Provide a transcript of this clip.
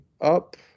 up